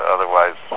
Otherwise